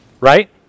Right